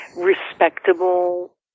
respectable